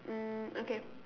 um okay